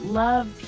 love